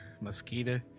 mosquito